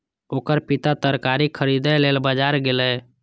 ओकर पिता तरकारी खरीदै लेल बाजार गेलैए